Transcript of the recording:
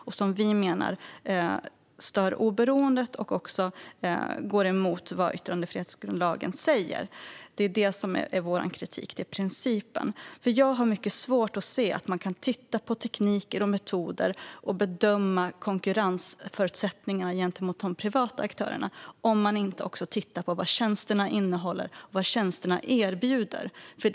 Vi menar att det stör oberoendet och går emot vad yttrandefrihetsgrundlagen säger. Vår kritik handlar om principen. Jag har mycket svårt att se att man kan titta på tekniker och metoder och bedöma konkurrensförutsättningar gentemot de privata aktörerna om man inte också tittar på vad tjänsterna innehåller och erbjuder.